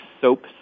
Soap